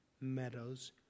Meadows